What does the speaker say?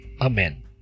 amen